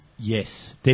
Yes